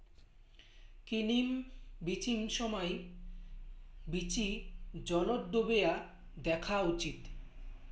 কিনিম বিচিম সমাই বীচি জলত ডোবেয়া দ্যাখ্যা উচিত